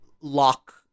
lock